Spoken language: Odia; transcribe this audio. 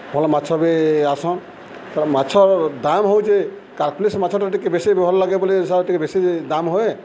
ଭଲ୍ ମାଛ ବି ଆଏସନ୍ ତ ମାଛର ଦାମ୍ ହଉଛେ କାର୍ପିଲିସ୍ ମାଛଟା ଟିକେ ବେଶୀ ଭଲ ଲାଗେ ବୋଲି ସେଟା ଟିକେ ବେଶୀ ଦାମ୍ ହୁଏ